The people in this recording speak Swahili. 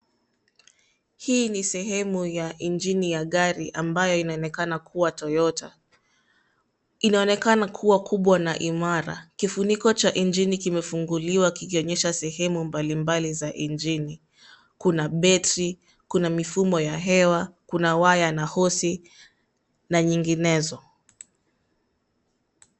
Hii ni sehemu ya injini ya gari ambayo inaonekana kuwa Toyota. Inaonekana kuwa kubwa na imara. Kifuniko cha injini kimefunguliwa kikionyesha sehemu mbalimbali za injini, kuna betri, kuna mifumo ya hewa, kuna waya na hosi na nyinginezo.